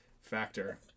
factor